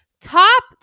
Topped